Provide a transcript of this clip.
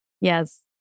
Yes